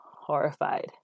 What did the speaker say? horrified